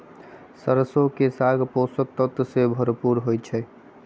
सरसों के साग पोषक तत्वों से भरपूर होई छई